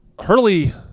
hurley